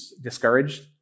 discouraged